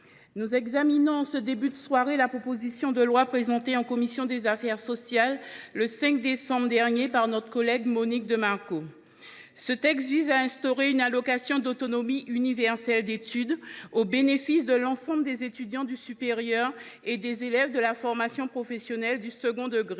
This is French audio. nous examinons en ce début de soirée la proposition de loi présentée en commission des affaires sociales le 5 décembre dernier par notre collègue Monique de Marco. Ce texte vise à instaurer une allocation autonomie universelle d’études au bénéfice de l’ensemble des étudiants du supérieur et des élèves de la formation professionnelle du second degré,